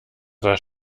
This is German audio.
das